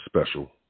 special